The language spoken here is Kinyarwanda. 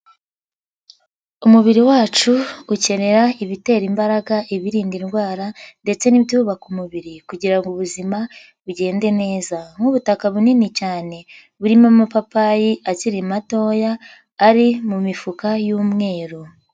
Umubiri wacu ukenera ibitera imbaraga, ibirinda indwara ndetse n'ibyubaka umubiri kugira ubuzima bigende neza. Nk'ubutaka bunini cyane, burimo amapapayi akiri matoya, ari mu mifuka y'umweru.